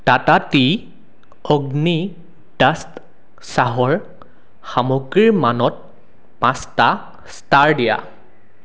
Tata tea Agni dust চাহৰ সামগ্ৰীৰ মানত পাঁচটা ষ্টাৰ দিয়া